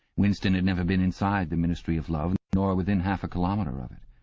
winston had never been inside the ministry of love, nor within half a kilometre of it.